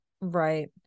Right